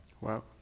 Wow